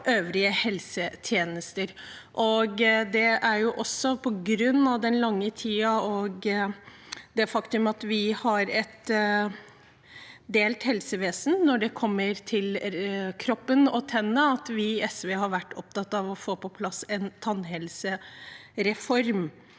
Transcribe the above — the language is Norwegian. med øvrige helsetjenester. Det er på grunn av den lange tiden og det faktum at vi har et delt helsevesen når det gjelder kroppen og tennene, at vi i SV har vært opptatt av å få på plass en tannhelsereform.